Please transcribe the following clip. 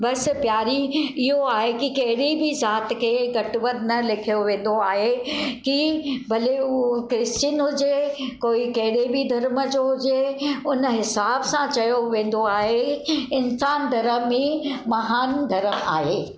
बसि प्यारी इहो आहे की कहिड़ी बि ज़ात खे घटि वधि न लेखियो वेंदो आहे की भले हूअ क्रिश्चन हुजे कोई कहिड़े बि धर्म जो हुजे हुन हिसाब सां चयो वेंदो आहे इन्सानु धर्म ई महानु धर्म आहे